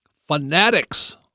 fanatics